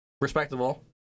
Respectable